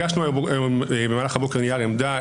הגשנו במהלך הבוקר נייר עמדה.